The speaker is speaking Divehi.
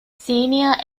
ސީނިއަރ